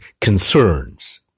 concerns